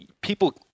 people